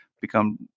become